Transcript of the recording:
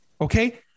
Okay